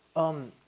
um,